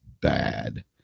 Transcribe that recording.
bad